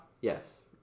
Yes